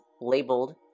labeled